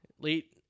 Late